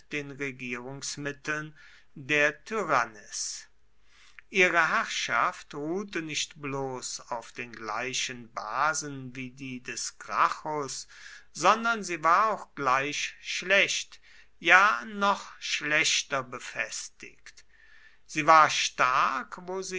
den regierungsmitteln der tyrannis ihre herrschaft ruhte nicht bloß auf den gleichen basen wie die des gracchus sondern sie war auch gleich schlecht ja noch schlechter befestigt sie war stark